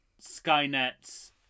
Skynet's